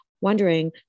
wondering